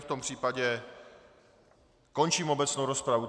V tom případě končím obecnou rozpravu.